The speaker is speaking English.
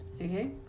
okay